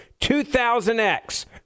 2000X